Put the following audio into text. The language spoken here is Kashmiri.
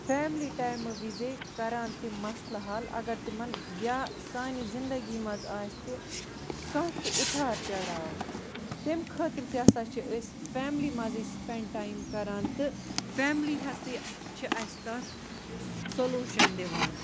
فیملی ٹایمہٕ وِزے کران تِم مسلہٕ حل اگر تِمَن یا سانہِ زندگی منٛز آسہِ کانٛہہ تہِ اُتار چَڑاو تَمہِ خٲطرٕ تہِ ہسا چھِ أسۍ فیملی منٛزٕے سِپٮ۪نٛڈ ٹایِم کران تہٕ فیملی ہسے چھِ اَسہِ تَتھ سوٚ سوٚلوٗشَن دِوان